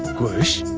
kush.